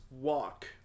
Walk